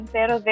Pero